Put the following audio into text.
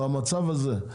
במצב הזה,